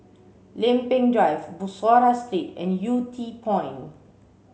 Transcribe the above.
Lempeng Drive Bussorah Street and Yew Tee Point